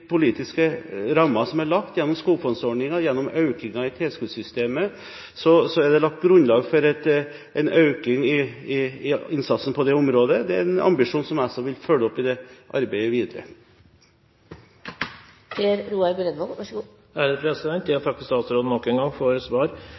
politiske rammer som er lagt gjennom skogfondsordningen og gjennom økningen i tilskuddssystemet, er det grunnlag for økt innsats på dette området. Det er en ambisjon som jeg vil følge opp i arbeidet videre.